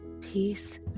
Peace